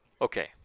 Okay